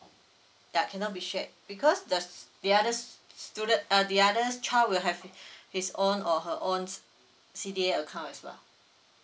ya cannot be shared because that's the other stude~ uh the other child will have his own or her own C_D_A accounts as well